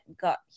got